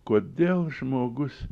kodėl žmogus